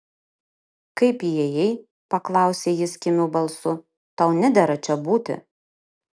kaip įėjai paklausė jis kimiu balsu tau nedera čia būti